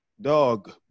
dog